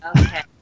Okay